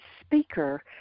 speaker